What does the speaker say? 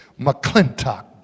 McClintock